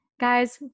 Guys